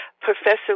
Professor